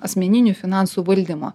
asmeninių finansų valdymo